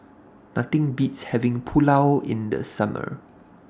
Nothing Beats having Pulao in The Summer